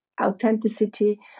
authenticity